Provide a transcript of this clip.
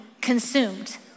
consumed